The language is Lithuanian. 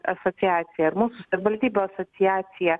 asociacija ir mūsų savivaldybių asociacija